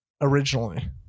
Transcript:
originally